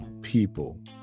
people